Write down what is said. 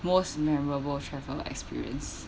most memorable travel experience